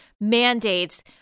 mandates